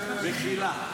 סליחה, מחילה.